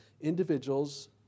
individuals